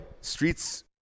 streets